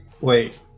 wait